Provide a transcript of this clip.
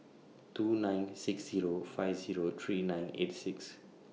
two nine six Zero five Zero three nine eight six